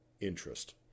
interest